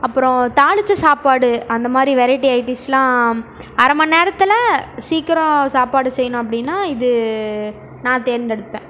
அப்புறம் தாளித்த சாப்பாடு அந்த மாதிரி வெரைட்டி வெரைட்டீஸெலாம் அரை மணி நேரத்தில் சீக்கிரம் சாப்பாடு செய்யணும் அப்படின்னா இது நான் தேர்ந்தெடுப்பேன்